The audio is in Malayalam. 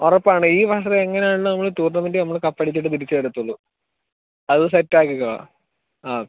ഉറപ്പാണ് ഈ മാസം എങ്ങനെ ആണെങ്കിലും ടൂർണമെൻറ്റ് നമ്മൾ കപ്പ് അടിച്ചിട്ട് തിരിച്ച് വരത്തുള്ളൂ അത് സെറ്റ് ആക്കിക്കോ ആ ഓക്കെ